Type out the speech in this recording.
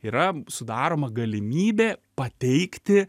yra sudaroma galimybė pateikti